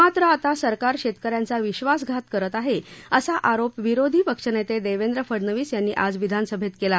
मात्र आता सरकार शेतकऱ्यांचा विश्वासघात करत आहे असा आरोप विरोधी पक्षनेते देवेंद्र फडनवीस यांनी आज विधानसभेत केला